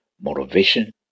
motivation